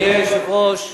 אדוני היושב-ראש,